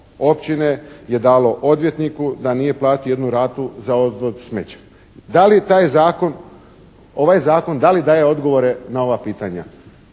općine je dalo odvjetniku da nije platio jednu ratu za odvod smeća. Da li taj Zakon, ovaj Zakon da li daje odgovore na ova pitanja?